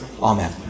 amen